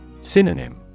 Synonym